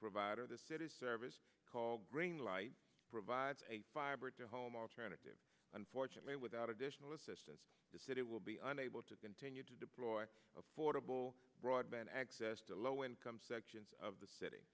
provider the city's service called green light provides a fiber to home alternative unfortunately without additional assistance the city will be unable to continue to deploy affordable broadband access to low income sections of the city